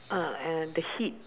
uh and the heat